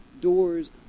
Doors